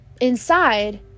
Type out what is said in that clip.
inside